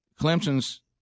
Clemson's